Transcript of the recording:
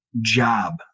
job